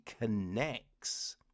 connects